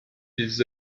des